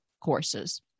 courses